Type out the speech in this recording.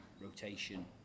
rotation